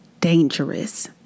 dangerous